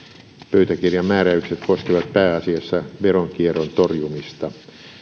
pöytäkirjamääräykset koskevat pääasiassa veronkierron torjumista